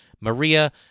Maria